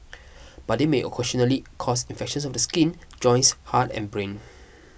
but they may occasionally cause infections of the skin joints heart and brain